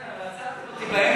כן, אבל עצרתם אותי באמצע.